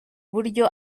buryo